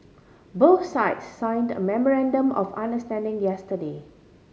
both sides signed a memorandum of understanding yesterday